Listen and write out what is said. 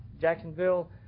Jacksonville